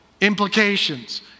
implications